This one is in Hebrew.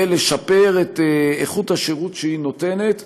ולשפר את איכות השירות שהיא נותנת,